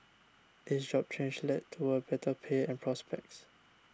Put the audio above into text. each job change led to a better pay and prospects